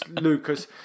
Lucas